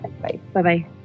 Bye-bye